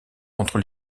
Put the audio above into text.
contre